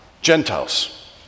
Gentiles